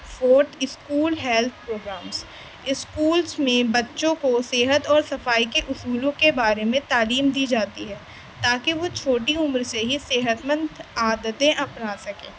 fourth school health programmes schools میں بچوں کو صحت اور صفائی کے اصولوں کے بارے میں تعلیم دی جاتی ہے تاکہ وہ چھوٹی عمر سے ہی صحت مند عادتیں اپنا سکیں